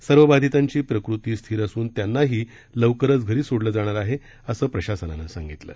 सर्व बधितांची प्रकृती स्थिर असूनत्यांनाही लवकरच घरी सोडलं जाणार आहे असं प्रशासनानं सांगितलं आहे